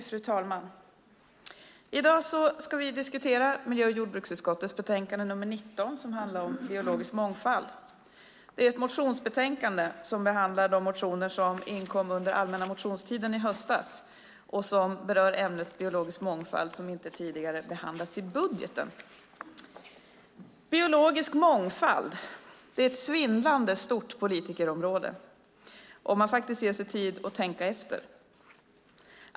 Fru talman! I dag ska vi diskutera miljö och jordbruksutskottets betänkande nr 19 som handlar om biologisk mångfald. Det är ett motionsbetänkande där de motioner som inkom under den allmänna motionstiden i höstas behandlas. Motionerna berör ämnet biologisk mångfald som inte tidigare har behandlats i budgeten. Biologisk mångfald är ett svindlande stort politikområde om man ger sig tid att tänka efter.